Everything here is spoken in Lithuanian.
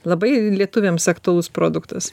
labai lietuviams aktualus produktas